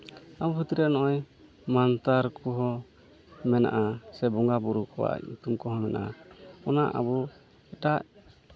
ᱟᱵᱚ ᱠᱷᱮᱛᱨᱮ ᱨᱮ ᱱᱚᱜᱼᱚᱸᱭ ᱢᱟᱱᱛᱟᱨ ᱠᱚᱦᱚᱸ ᱢᱮᱱᱟᱜᱼᱟ ᱥᱮ ᱵᱚᱸᱜᱟᱼᱵᱳᱨᱳ ᱠᱚᱣᱟᱜ ᱧᱩᱛᱩᱢ ᱠᱚᱦᱚᱸ ᱢᱮᱱᱟᱜᱼᱟ ᱚᱱᱟ ᱟᱵᱚ ᱮᱴᱟᱜᱼᱟᱜ